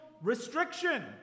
restriction